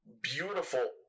beautiful